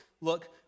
look